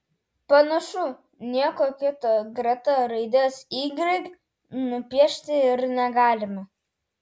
panašu nieko kito greta raidės y nupiešti ir negalime